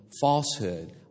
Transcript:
falsehood